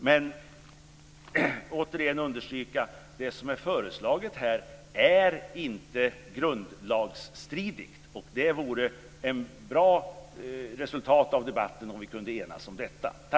Men jag vill återigen understryka att det som är föreslaget här inte är grundlagsstridigt. Det vore ett bra resultat av debatten om vi kunde enas om detta.